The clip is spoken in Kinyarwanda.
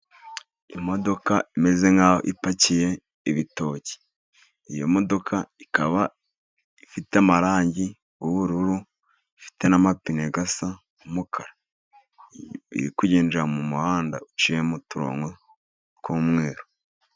Imodoka imeze nk'aho ipakiye ibitoki, iyo modoka ikaba ifite amarangi y'ubururu, ifite n'amapine asa n'umukara, iri kugendera mu muhanda uciyemo uturongo tw'umweru.